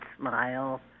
smile